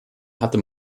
hatte